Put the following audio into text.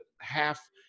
half